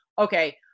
okay